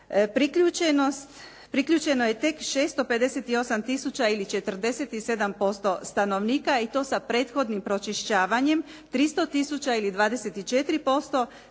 priključeno je tek 658 tisuća ili 47% stanovnika i to sa prethodnim pročišćavanjem 300 tisuća ili 24% sa prvim